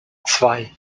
zwei